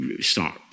start